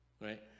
right